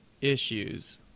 issues